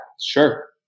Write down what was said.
sure